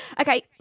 okay